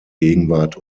gegenwart